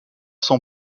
son